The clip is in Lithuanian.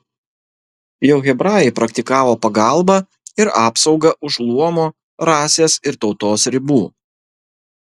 jau hebrajai praktikavo pagalbą ir apsaugą už luomo rasės ir tautos ribų